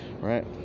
right